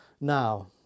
Now